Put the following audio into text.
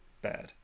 bad